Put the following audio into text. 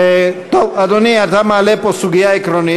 טוב, אדוני, אתה מעלה פה סוגיה עקרונית.